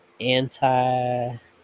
anti